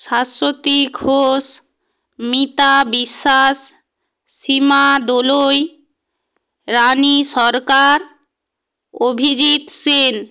Shashwati Ghosh Mita Biswas Sima Dolui Rani Sarkar Abhijit Singh